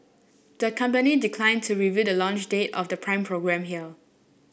the company declined to reveal the launch date of the Prime programme here